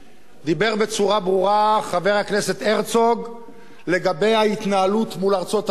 דיבר בצורה ברורה חבר הכנסת הרצוג על ההתנהלות מול ארצות-הברית,